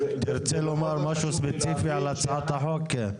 תרצה לומר משהו ספציפי על הצעת החוק?